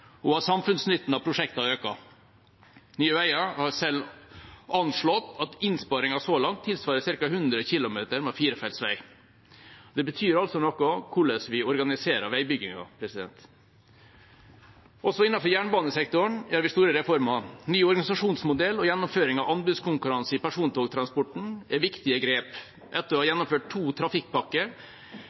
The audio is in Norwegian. og at samfunnsnytten av prosjektene øker. Nye Veier har selv anslått at innsparingen så langt tilsvarer ca. 100 km med firefelts vei. Det betyr altså noe hvordan vi organiserer veibyggingen. Også innenfor jernbanesektoren gjennomfører vi store reformer. Ny organisasjonsmodell og gjennomføring av anbudskonkurranse i persontogtransporten er viktige grep. Etter å ha gjennomført to trafikkpakker